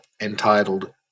entitled